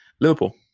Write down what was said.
Liverpool